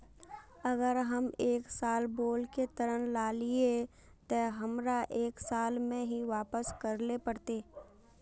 अगर हम एक साल बोल के ऋण लालिये ते हमरा एक साल में ही वापस करले पड़ते?